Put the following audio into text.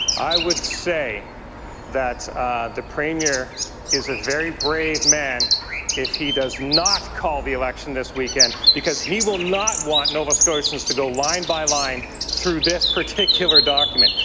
i would say that the premier is a very brave man if he does not call the election this weekend because he will not want nova scotians to go line by line through this particular document.